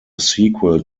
sequel